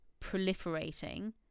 proliferating